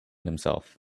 himself